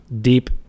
deep